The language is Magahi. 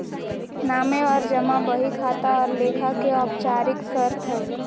नामे और जमा बही खाता और लेखा के औपचारिक शर्त हइ